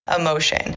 emotion